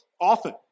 often